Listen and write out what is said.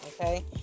okay